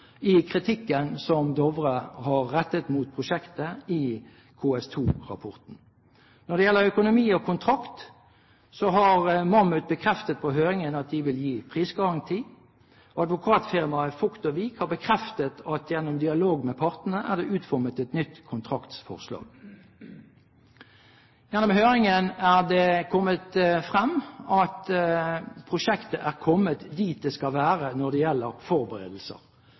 i kritikken som Dovre Group i KS2-rapporten har rettet mot prosjektet. Når det gjelder økonomi og kontrakt, har Mammoet bekreftet på høringen at de vil gi prisgaranti. Advokatfirmaet Vogt & Wiig har bekreftet at gjennom dialog med partene er det utformet et nytt kontraktsforslag. Gjennom høringen er det kommet frem at prosjektet er kommet dit det skal være når det gjelder forberedelser.